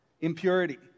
Impurity